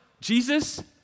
Jesus